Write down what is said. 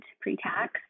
pre-tax